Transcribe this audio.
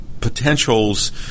potentials